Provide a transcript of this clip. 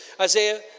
Isaiah